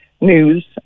news